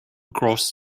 across